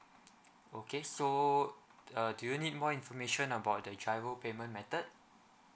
okay so err do you need more information about the GIRO payment method